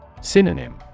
Synonym